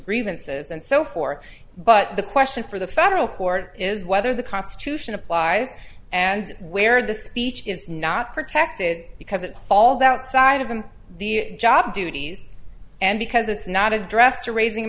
grievances and so forth but the question for the federal court is whether the constitution applies and where the speech is not protected because it falls outside of them the job duties and because it's not addressed to raising a